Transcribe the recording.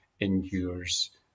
endures